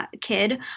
kid